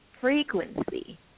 frequency